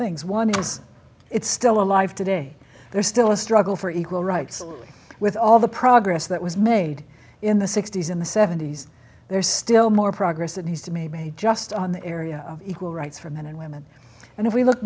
things one is it still alive today there's still a struggle for equal rights with all the progress that was made in the sixty's in the seventy's there is still more progress that has to made just on the area of equal rights for men and women and if we look